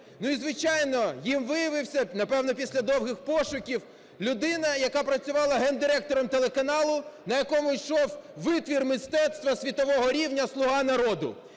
І звичайно, ним виявився, напевно, після довгих пошуків, людина, яка працювала гендиректором телеканалу, на якому йшов витвір мистецтва світового рівня "Слуга народу".